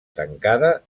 tancada